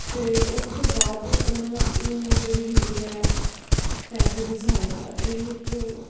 ਅਤੇ ਉਸ ਤੋਂ ਬਾਅਦ ਉਨ੍ਹਾਂ ਨੂੰ ਜਿਹੜੀ ਹੁੰਦੀ ਆ ਪੈਸੇ ਦੀ ਸਹਾਇਤਾ ਇਹ ਵੀ ਇੱਕ